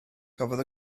cafodd